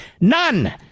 None